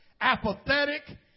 apathetic